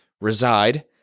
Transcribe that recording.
reside